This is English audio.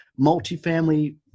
multifamily